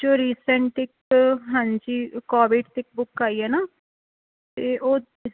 ਜੋ ਰਿਸੈਂਟ ਇੱਕ ਹਾਂਜੀ ਕੋਵਿਡ 'ਤੇ ਇੱਕ ਬੁੱਕ ਆਈ ਹੈ ਨਾ ਅਤੇ ਉਹ